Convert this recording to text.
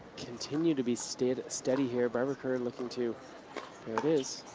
continue to be steady steady here. barbara kerr looking to here it is.